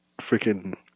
freaking